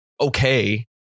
okay